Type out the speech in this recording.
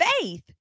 faith